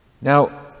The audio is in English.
Now